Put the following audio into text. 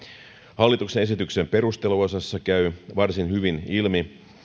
hallituksen esityksen perusteluosasta käy varsin hyvin ilmi